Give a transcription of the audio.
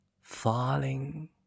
falling